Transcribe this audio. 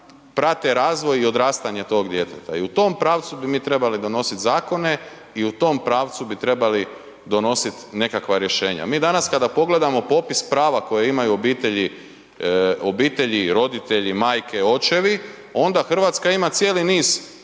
prate razvoj i odrastanje tog djeteta. I u tom pravcu bi mi trebali donositi zakone i u tom pravcu bi trebali donositi nekakva rješenja. Mi danas kada pogledamo popis prava koje imaju obitelji, roditelji, majke, očevi onda Hrvatska ima cijeli niz